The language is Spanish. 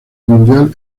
mundial